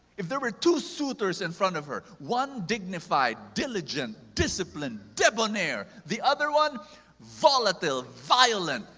if there were two suitors in front of her one dignified, diligent, discipline, debonair. the other one volatile, violent,